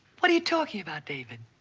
what are you talking about, david?